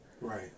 Right